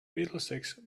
middlesex